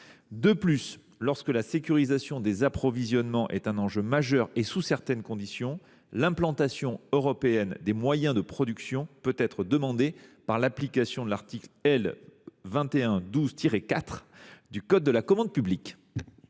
De plus, lorsque la sécurisation des approvisionnements est un enjeu majeur, et sous certaines conditions, l’implantation européenne des moyens de production peut être demandée en application de l’article L. 2112-4 du code de la commande publique.